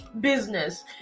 business